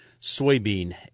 soybean